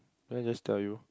can I just tell you